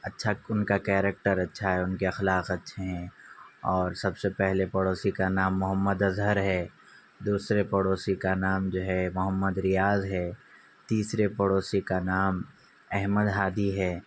اچھا ان کا کریکٹر اچھا ہے ان کے اخلاق اچھے ہیں اور سب سے پہلے پڑوسی کا نام محمد اظہر ہے دوسرے پڑوسی کا نام جو ہے محمد ریاض ہے تیسرے پڑوسی کا نام احمد ہادی ہے